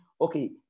okay